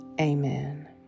Amen